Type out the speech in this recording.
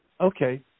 Okay